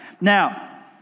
Now